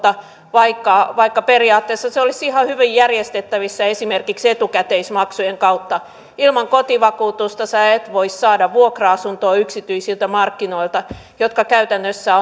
vaikka vaikka periaatteessa se olisi hyvin järjestettävissä esimerkiksi etukäteismaksujen kautta ilman kotivakuutusta et voi saada vuokra asuntoa yksityisiltä markkinoilta jotka käytännössä